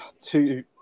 two